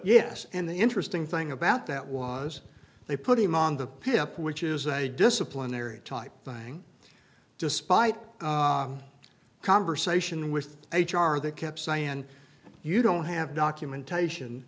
yes and the interesting thing about that was they put him on the pip which is a disciplinary type thing despite a conversation with h r they kept saying you don't have documentation